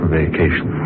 vacation